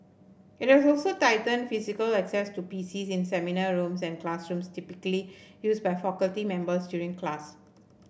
it has also tightened physical access to P C S in seminar rooms and classrooms typically used by faculty members during class